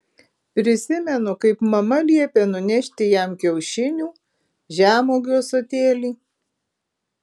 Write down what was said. prisimenu kaip mama liepė nunešti jam kiaušinių žemuogių ąsotėlį